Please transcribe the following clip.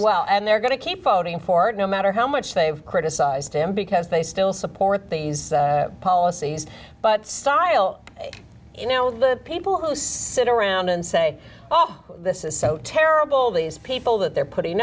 well and they're going to keep voting for it no matter how much they've criticized him because they still support these policies but style you know the people who sit around and say oh this is so terrible these people that they're putting